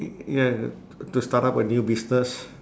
ya t~ to start up a new business